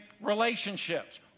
relationships